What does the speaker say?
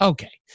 Okay